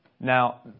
Now